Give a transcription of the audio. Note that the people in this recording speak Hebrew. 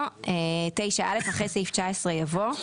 "(9א) אחרי סעיף 19 יבוא